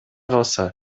калса